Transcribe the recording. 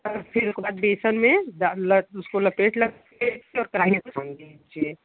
ऐसे एक बार बेसन में बस उसको लपेट लपेट कर रीफाइन में छान लीजिए